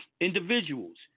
Individuals